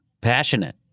passionate